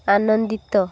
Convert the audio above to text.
ଆନନ୍ଦିତ